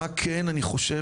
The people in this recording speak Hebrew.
מה כן אני חושב?